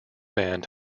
band